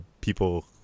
people